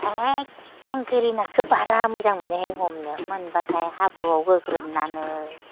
एखे आं गोरि नाखो बारा मोजां मोनोहाय हमनो मोनब्लाथाय हाब्रुआव गोग्रोमनानै